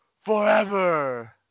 Forever